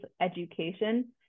education